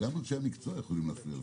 גם אנשי המקצוע יכולים להפריע לכם.